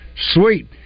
sweet